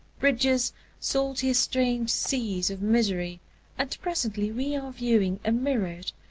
bridges salty, estranged seas of misery and presently we are viewing a mirrored,